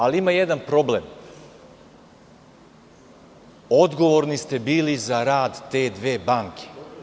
Ali, ima jedan problem – odgovorni ste bili za rad te dve banke.